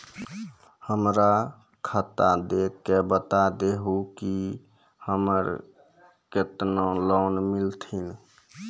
हमरा खाता देख के बता देहु के हमरा के केतना लोन मिलथिन?